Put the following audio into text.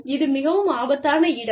இது மிகவும் ஆபத்தான இடம்